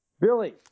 Billy